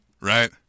right